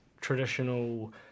traditional